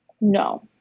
No